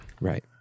right